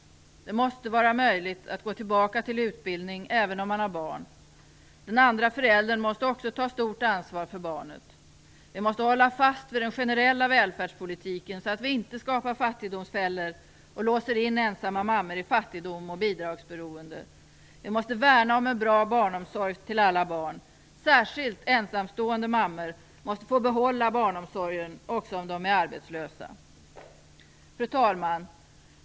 Det måste vara möjligt att gå tillbaka till utbildning även om man har barn. Den andra föräldern måste också ta stort ansvar för barnet. Vi måste hålla fast vid den generella välfärdspolitiken så att vi inte skapar fattigdomsfällor och låser in ensamma mammor i fattigdom och bidragsberoende. Vi måste värna om en bra barnomsorg till alla barn. Särskilt ensamstående mammor måste få behålla barnomsorgen också om de är arbetslösa. Fru talman!